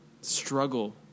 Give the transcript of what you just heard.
struggle